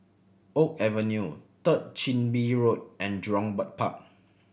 Oak Avenue Third Chin Bee Road and Jurong Bird Park